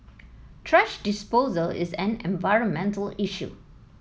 thrash disposal is an environmental issue